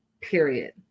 period